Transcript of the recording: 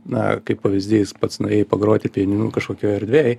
na kaip pavyzdys pats nuėjai pagroti pianinu kažkokioj erdvėj